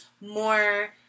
more